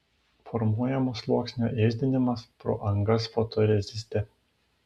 formuojamo sluoksnio ėsdinimas pro angas fotoreziste